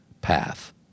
path